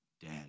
dead